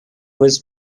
was